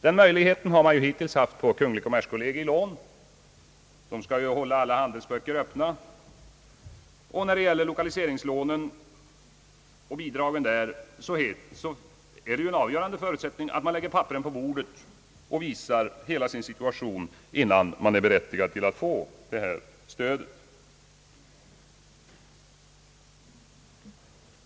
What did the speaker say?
Den möjligheten har man ju hittills haft i fråga om kungl. kommerskollegii lån; man skall ju hålla alla handelsböcker öppna. När det gäller bidrag och lån för lokalisering är ju också där en avgörande förutsättning att man lägger papperen på bordet och visar hela sin situation innan man är berättigad till att få sådant stöd.